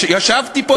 כשישבתי פה,